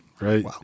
right